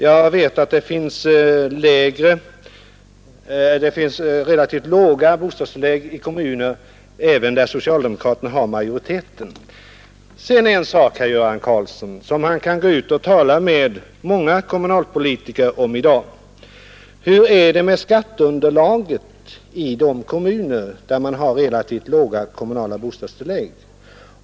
Jag vet att det finns relativt låga bostadstillägg även i kommuner där socialdemokraterna har majoriteten. Sedan en sak som herr Göran Karlsson kan tala med många kommunalpolitiker om i dag. Hur är det med skatteunderlaget i de kommuner där man har relativt låga kommunala bostadstillägg?